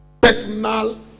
Personal